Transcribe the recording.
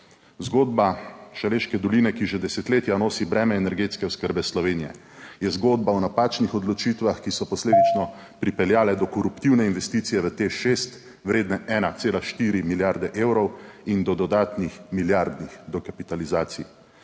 Zgodba Šaleške doline, ki že desetletja nosi breme energetske oskrbe Slovenije, je zgodba o napačnih odločitvah, ki so posledično pripeljale do koruptivne investicije v TEŠ 6, vredne 1,4 milijarde evrov, in do dodatnih milijardnih dokapitalizacij.